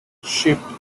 shipped